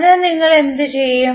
അതിനാൽ നിങ്ങൾ എന്തു ചെയ്യും